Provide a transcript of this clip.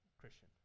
Christian